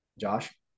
Josh